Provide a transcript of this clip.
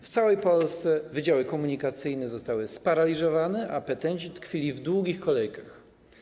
W całej Polsce wydziały komunikacyjne zostały sparaliżowane, a petenci tkwili w długich kolejkach.